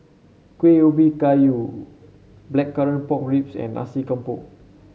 Kueh Ubi Kayu Blackcurrant Pork Ribs and Nasi Campur